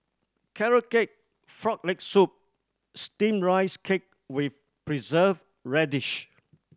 Carrot Cake Frog Leg Soup Steamed Rice Cake with Preserved Radish